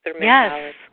Yes